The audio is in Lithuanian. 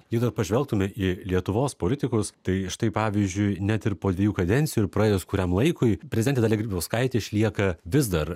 jei pažvelgtume į lietuvos politikus tai štai pavyzdžiui net ir po dviejų kadencijų ir praėjus kuriam laikui prezidentė dalia grybauskaitė išlieka vis dar